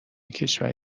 کشور